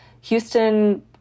Houston